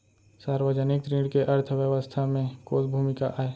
सार्वजनिक ऋण के अर्थव्यवस्था में कोस भूमिका आय?